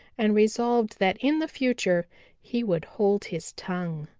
and resolved that in the future he would hold his tongue.